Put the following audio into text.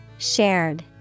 shared